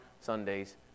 Sundays